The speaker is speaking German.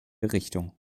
richtung